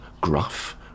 gruff